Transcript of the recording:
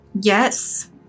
Yes